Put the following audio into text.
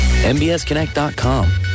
MBSConnect.com